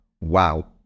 wow